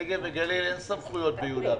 לנגב וגליל אין סמכויות ביהודה ושומרון.